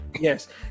yes